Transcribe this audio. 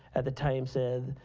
at the time, said,